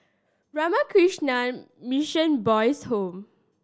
Ramakrishna Mission Boys' Home